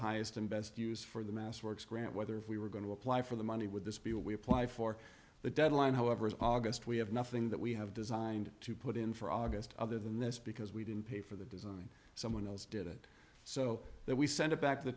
highest and best use for the mass works grant whether we were going to apply for the money with this bill we apply for the deadline however as august we have nothing that we have designed to put in for august other than this because we didn't pay for the design someone else did it so that we sent it back to the